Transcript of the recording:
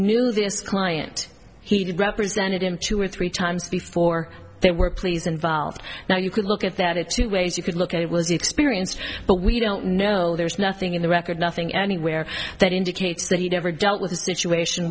knew this client he did represented him two or three times before they were pleas involved now you could look at that it two ways you could look at it was experienced but we don't know there's nothing in the record nothing anywhere that indicates that he never dealt with a situation